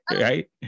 right